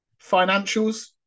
Financials